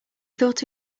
thought